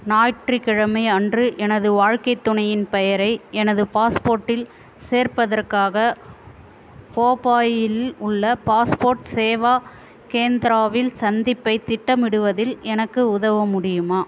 ஞாயிற்றுக்கிழமை அன்று எனது வாழ்க்கைத் துணையின் பெயரை எனது பாஸ்போர்ட்டில் சேர்ப்பதற்காக போபாலில் உள்ள பாஸ்போர்ட் சேவா கேந்திராவில் சந்திப்பைத் திட்டமிடுவதில் எனக்கு உதவ முடியுமா